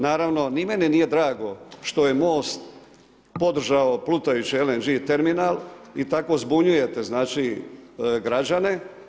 Naravno ni meni nije drago što je MOST podržao plutajući LNG terminal i tako zbunjujete znači građane.